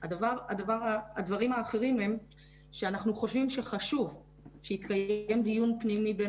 הדברים האחרים הם שאנחנו חושבים שחשוב שיתקיים דיון פנימי בין